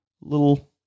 little